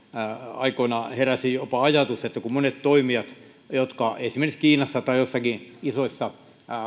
aikoinaan heräsi jopa ajatus että kun monet toimijat jotka esimerkiksi kiinassa tai joissakin isoissa